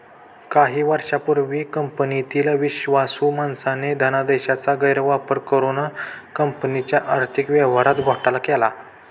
काही वर्षांपूर्वी कंपनीतील विश्वासू माणसाने धनादेशाचा गैरवापर करुन कंपनीच्या आर्थिक व्यवहारात घोटाळा केला